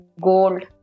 gold